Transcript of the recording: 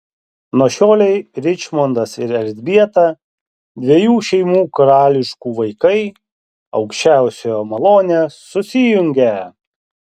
nuo šiolei ričmondas ir elzbieta dviejų šeimų karališkų vaikai aukščiausiojo malone susijungia